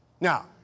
Now